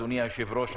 אדוני היושב-ראש,